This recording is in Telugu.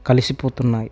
కలిసిపోతున్నాయి